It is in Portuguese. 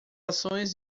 ações